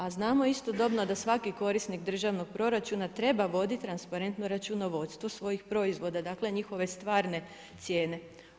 A znamo istodobno da svaki korisnik državnog proračuna treba voditi transparentno računovodstvo svojih proizvoda, dakle njihove stvarne cijene.